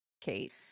Kate